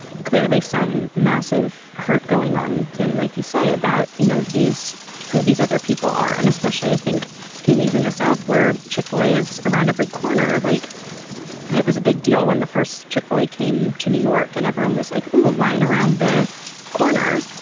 clearly some massive hurt going on. danny, like you say about, you know, these who these other people are and especially i think he needs in the south where chick-fil-a is around every corner, like and it was a big deal when the first chick-fil-a came to new york and everyone was like, oh, line around the corner,